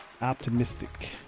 Optimistic